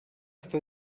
està